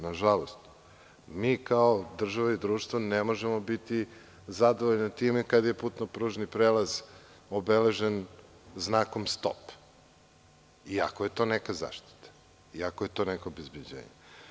Nažalost, mi kao država i društvo ne možemo biti zadovoljni time kada je putno-pružni prelaz obeležen znakom – stop, iako je to neka zaštita, iako je to neko obezbeđenje.